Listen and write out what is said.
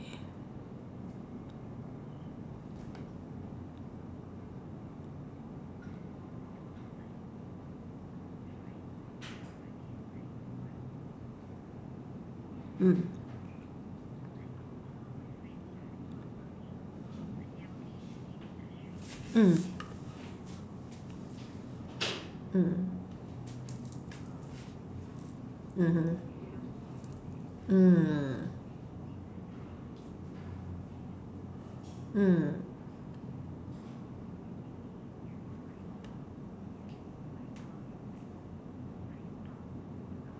mm mm mm mmhmm mm mm